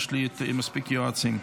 יש לי מספיק יועצים.